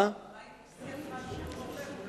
מה עם איש סיעתך, אורי אורבך?